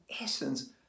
essence